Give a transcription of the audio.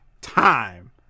time